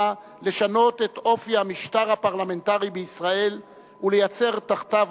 לשנות את אופי המשטר הפרלמנטרי בישראל ולייצר תחתיו,